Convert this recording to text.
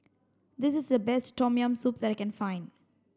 this is the best tom yam soup that I can find